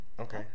Okay